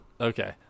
Okay